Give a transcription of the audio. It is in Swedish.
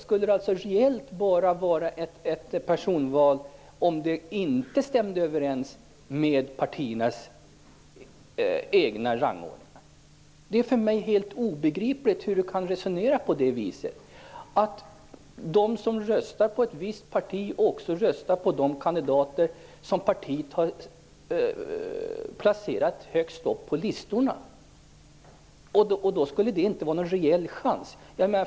Skulle det reellt bara påverka om det inte stämde överens med partiernas egen rangordning? Det är för mig helt obegripligt hur man kan resonera på det viset. Att de som röstar på ett visst parti också röstar på de kandidater som partiet har placerat högst på listorna skulle alltså innebära att de inte kan påverka reellt?